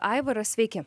aivaras sveiki